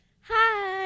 Hi